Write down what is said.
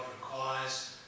requires